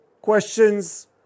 questions